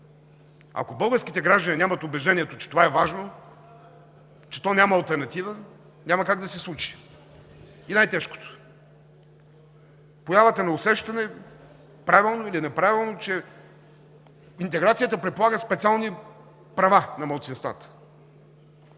Ако българските граждани нямат убеждението, че това е важно, че то няма алтернатива, няма как да се случи. И най-тежкото, появата на усещане – правилно или неправилно, че интеграцията предполага специални права на малцинствата,